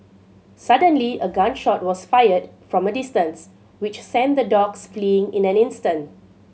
suddenly a gun shot was fired from a distance which sent the dogs fleeing in an instant